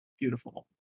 beautiful